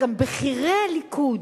גם בכירי הליכוד,